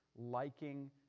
liking